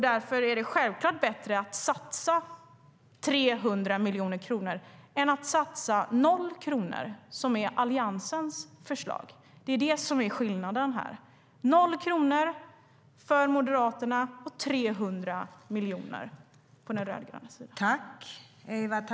Därför är det självklart bättre att satsa 300 miljoner kronor än att satsa 0 kronor, som är Alliansens förslag. Det är det som är skillnaden. Det är 0 kronor från Moderaterna och 300 miljoner från den rödgröna sidan.